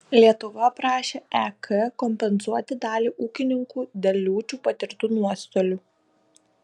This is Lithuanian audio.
lietuva prašė ek kompensuoti dalį ūkininkų dėl liūčių patirtų nuostolių